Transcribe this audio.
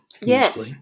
Yes